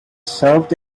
served